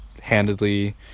handedly